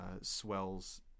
swells